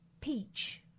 peach